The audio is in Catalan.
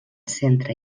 centre